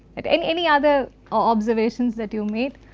and any any other observations that you made,